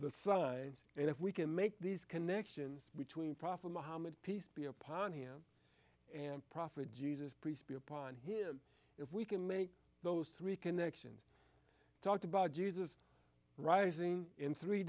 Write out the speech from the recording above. the signs and if we can make these connections between prophet muhammad peace be upon him and prophet jesus priest be upon him if we can make those three connections talked about jesus rising in three